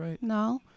no